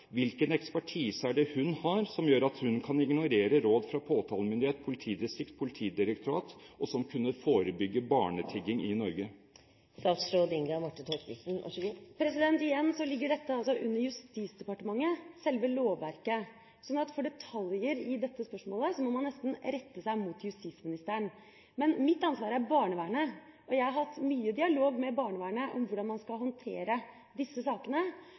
Hvilken ekspertise er det hun har som gjør at hun kan ignorere råd fra påtalemyndighet, politidistrikt og Politidirektoratet, som kunne forebygge barnetigging i Norge? Igjen: Selve lovverket ligger under Justisdepartementet, så for detaljer i dette spørsmålet må man nesten henvende seg til justisministeren. Men mitt ansvar er barnevernet, og jeg har hatt mye dialog med barnevernet om hvordan man skal håndtere disse sakene.